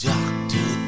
Doctor